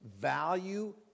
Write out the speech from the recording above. value